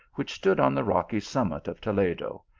which stood on the rocky summit of toledo,